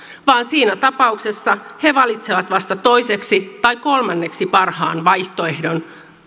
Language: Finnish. vaan siinä tapauksessa he valitsevat vasta toiseksi tai kolmanneksi parhaan vaihtoehdon